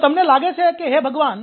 જો તમને લાગે કે હે ભગવાન